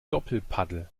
doppelpaddel